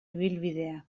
ibilbidea